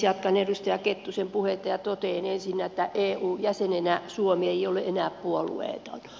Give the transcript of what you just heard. jatkan edustaja kettusen puhetta ja totean ensinnä että eu jäsenenä suomi ei ole enää puolueeton